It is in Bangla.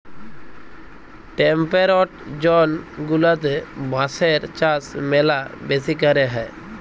টেম্পেরেট জন গুলাতে বাঁশের চাষ ম্যালা বেশি ক্যরে হ্যয়